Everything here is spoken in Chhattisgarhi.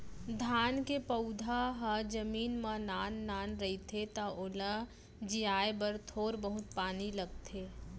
धान के पउधा ह जमीन म नान नान रहिथे त ओला जियाए बर थोर बहुत पानी लगथे